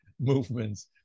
movements